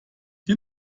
die